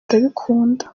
ndabikunda